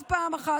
עוד פעם אחת,